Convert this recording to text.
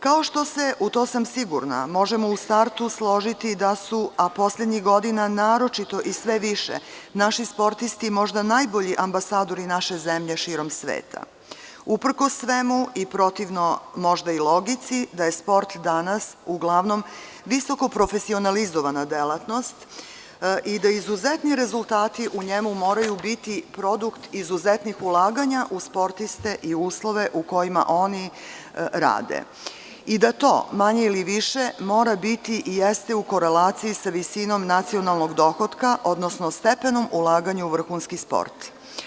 Kao što se, u to sam sigurna, možemo u startu složiti da su, a poslednjih godina naročito i sve više, naši sportisti možda najbolji ambasadori naše zemlje širom sveta, uprkos svemu i možda protivno logici da je sport danas uglavnom visokoprofesionalizovana delatnost i da izuzetni rezultati u njemu moraju biti produkt izuzetnih ulaganja u sportiste i u uslove u kojima oni rade i da to manje ili više mora biti i jeste u korelaciji sa visinom nacionalnog dohotka, odnosno stepenom ulaganja u vrhunski sport.